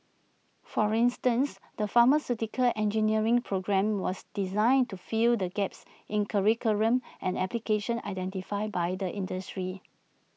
for instance the pharmaceutical engineering programme was designed to fill the gaps in curriculum and application identified by the industry